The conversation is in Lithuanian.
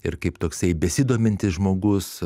ir kaip toksai besidomintis žmogus